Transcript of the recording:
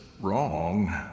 wrong